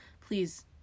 Please